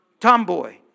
Tomboy